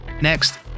Next